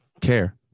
care